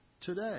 today